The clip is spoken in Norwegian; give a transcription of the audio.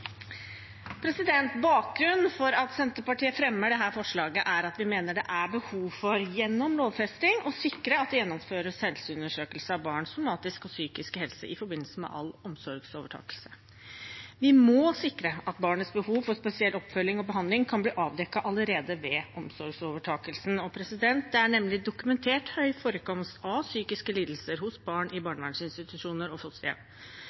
Bakgrunnen for at Senterpartiet fremmer dette forslaget, er at vi mener det er behov for, gjennom lovfesting, å sikre at det gjennomføres helseundersøkelse av barns somatiske og psykiske helse i forbindelse med all omsorgsovertakelse. Vi må sikre at barnets behov for spesiell oppfølging og behandling kan bli avdekket allerede ved omsorgsovertakelsen. Det er nemlig dokumentert høy forekomst av psykiske lidelser hos barn i barnevernsinstitusjoner og